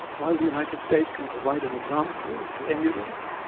while the united states can provide an example to emulate,